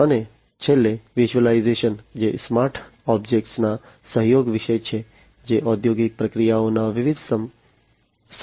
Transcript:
અને છેલ્લે વર્ચ્યુઅલાઈઝેશન જે સ્માર્ટ ઑબ્જેક્ટ્સના સહયોગ વિશે છે જે ઔદ્યોગિક પ્રક્રિયાઓના વિવિધ સક્ષમકર્તા છે